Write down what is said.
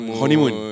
honeymoon